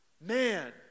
man